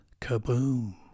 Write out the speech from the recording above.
kaboom